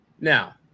now